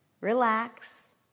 relax